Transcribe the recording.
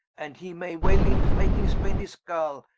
and he may well in fretting spend his gall,